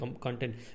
content